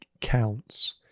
counts